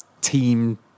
team